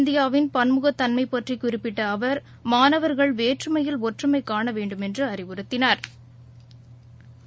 இந்தியாவின் பன்முகத் தன்மைபற்றிகுறிப்பிட்டஅவர் மாணவர்கள் வேற்றுமையில் ஒற்றுமைகாணவேண்டுமென்றுஅறிவுறுத்தினாா்